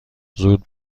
زود